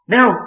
Now